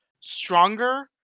stronger